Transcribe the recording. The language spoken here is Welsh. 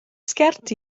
sgert